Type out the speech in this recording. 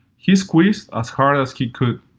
he squeezed as hard as he could.